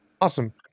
Awesome